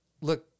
look